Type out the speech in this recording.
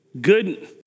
Good